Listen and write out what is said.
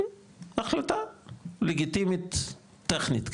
החלטה לגיטימית טכנית,